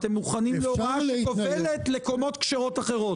אתם מוכנים להוראה שכובלת לקומות כשרות אחרות?